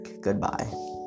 Goodbye